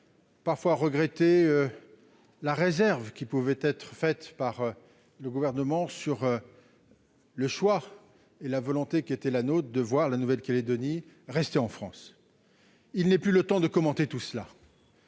sur ces travées la réserve que pouvait exprimer le Gouvernement sur le choix et la volonté qui étaient nôtres de voir la Nouvelle-Calédonie rester en France. Il n'est plus le temps de commenter tout cela.